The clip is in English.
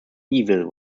evil